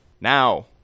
now